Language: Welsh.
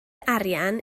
arian